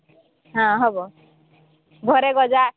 ହଁ ହୋବ ଘରେ ଗଜା